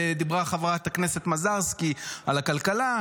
ודיברה חברת הכנסת מזרסקי על הכלכלה,